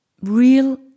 real